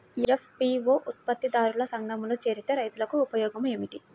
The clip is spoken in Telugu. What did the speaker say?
ఎఫ్.పీ.ఓ ఉత్పత్తి దారుల సంఘములో చేరితే రైతులకు ఉపయోగము ఏమిటి?